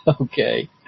Okay